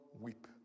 weep